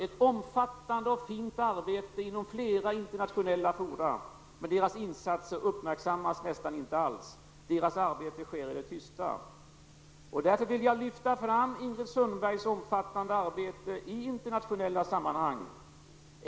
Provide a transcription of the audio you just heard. Det förhållandet har till Sveriges och riksdagens fördel avsevärt förbättrats, säkerligen tack vare att Gertrud Sigurdsen och många av hennes medsystrar visat vägen genom kompetens och engagemang.